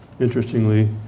Interestingly